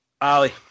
Ali